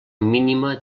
mínima